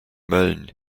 mölln